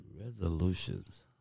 Resolutions